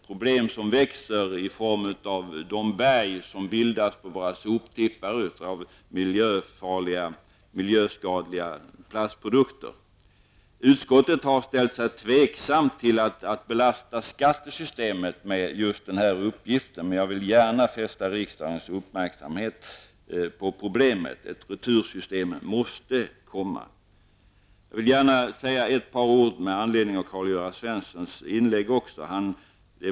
På våra soptippar växer det upp berg av miljöfarliga och miljöskadliga plastprodukter. Utskottet har ställt sig tveksamt till att belasta skattesystemet med den här uppgiften. Jag vill dock fästa riksdagens uppmärksamhet på problemet. Ett retursystem måste komma till stånd. Jag vill även säga ett par ord med anledning av Karl-Gösta Svensons inlägg.